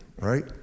right